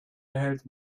behält